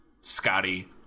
Scotty